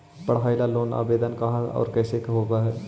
पढाई ल लोन के आवेदन कहा औ कैसे होब है?